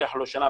לוקח לו שנה